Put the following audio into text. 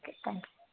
okay thank you